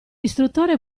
istruttore